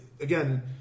again